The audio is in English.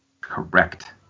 correct